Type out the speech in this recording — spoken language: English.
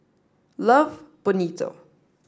love Bonito